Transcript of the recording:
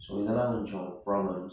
so இதெல்லா கொன்ஜொ:ithellaa konjo problems